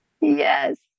yes